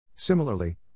Similarly